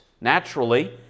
naturally